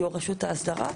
יו"ר רשות האסדרה,